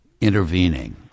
intervening